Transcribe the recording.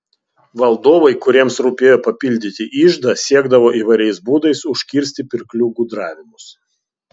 valdovai kuriems rūpėjo papildyti iždą siekdavo įvairiais būdais užkirsti pirklių gudravimus